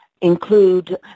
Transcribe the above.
include